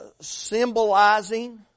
symbolizing